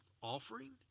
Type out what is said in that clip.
offering